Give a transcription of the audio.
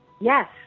Yes